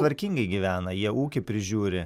tvarkingai gyvena jie ūkį prižiūri